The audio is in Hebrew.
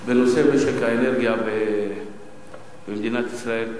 בנושא משק האנרגיה במדינת ישראל.